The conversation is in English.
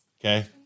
Okay